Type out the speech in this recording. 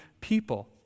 people